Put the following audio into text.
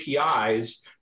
apis